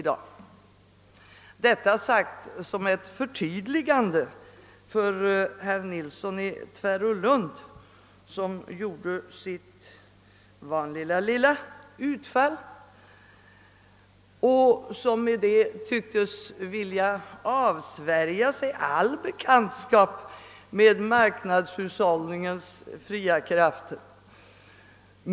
Jag säger detta som ett förtydligande för herr Nilsson i Tvärålund, som gjorde sitt vanliga lilla utfall och därmed tycktes vilja avsvära sig all bekantskap med marknadshushållningens fria krafter.